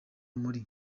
muri